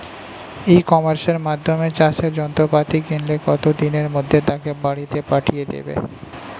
ই কমার্সের মাধ্যমে চাষের যন্ত্রপাতি কিনলে কত দিনের মধ্যে তাকে বাড়ীতে পাঠিয়ে দেবে?